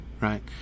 right